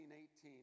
18